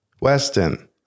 Weston